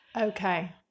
Okay